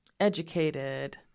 educated